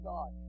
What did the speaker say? God